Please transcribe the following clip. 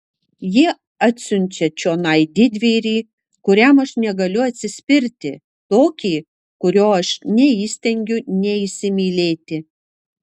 jie atsiunčia čionai didvyrį kuriam aš negaliu atsispirti tokį kurio aš neįstengiu neįsimylėti